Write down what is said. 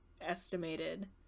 estimated